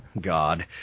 God